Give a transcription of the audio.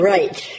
Right